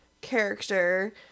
character